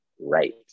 Right